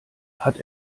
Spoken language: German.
hat